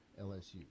LSU